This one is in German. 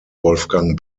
wolfgang